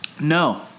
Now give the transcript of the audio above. No